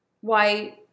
white